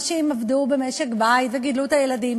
נשים עבדו במשק-הבית וגידלו את הילדים,